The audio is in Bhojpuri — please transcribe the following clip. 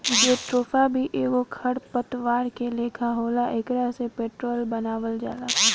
जेट्रोफा भी एगो खर पतवार के लेखा होला एकरा से पेट्रोल बनावल जाला